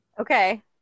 okay